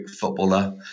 footballer